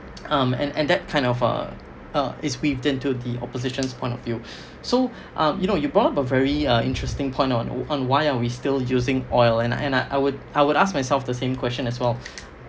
um and that kind of uh uh is weaved into the opposition's point of view so um you know you brought up a very uh interesting point on on why are we still using oil and uh and I I would I would ask myself the same question as well